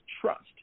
trust